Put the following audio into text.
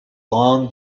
long